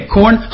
corn